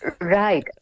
Right